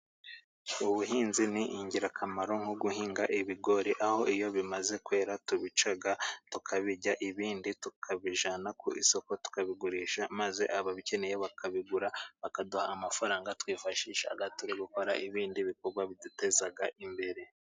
Ubuhinzi ni ingirakamaro nko guhinga ibigori aho iyo bimaze kwera tubica, tukabirya, ibindi tukabijyana ku isoko, tukabigurisha maze ababikeneye bakabigura, bakaduha amafaranga twifashisha turi gukora ibindi bikorwa biduteza imbere.